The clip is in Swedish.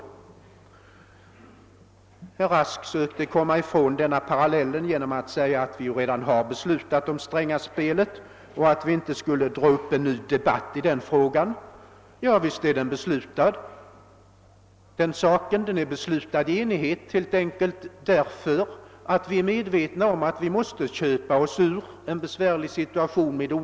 Herr Rask försökte komma från den parallellen genom att säga att vi redan har beslutat om »Strängaspelet» och inte borde dra upp en ny debatt i den frågan. Ja, den saken är beslutad i enighet, eftersom vi är medvetna om att vi måste köpa oss ur den besvärliga situationen.